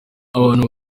abantu